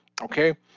okay